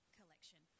collection